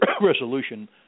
resolution